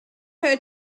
her